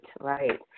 right